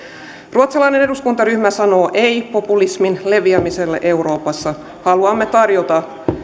ruotsalainen eduskuntaryhmä sanoo ei populismin leviämiselle euroopassa haluamme tarjota